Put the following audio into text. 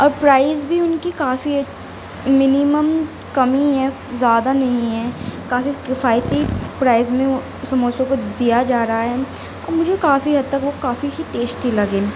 اور پرائیز بھی ان کی کافی منیمم کم ہی ہے زیادہ نہیں ہے کافی کفایتی پرائیز میں سموسے کو دیا جا رہا ہے اور مجھے وہ کافی حد تک وہ کافی ہی ٹیسٹی لگے